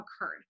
occurred